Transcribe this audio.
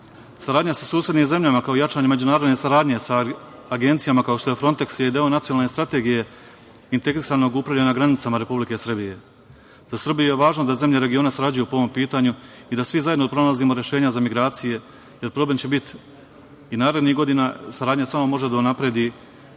sa susednim zemljama, kao i jačanje međunarodne saradnje sa agencijama kao što je Fronteks je deo nacionalne strategije integrisanog upravljanja granicama Republike Srbije. Za Srbiju je važno da zemlje regiona sarađuju po ovom pitanju i da svi zajedno pronalazimo rešenja za migracije, jer problem će biti i narednih godina. Saradnja samo može da unapredi